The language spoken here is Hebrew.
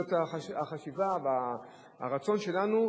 זה החשיבה והרצון שלנו,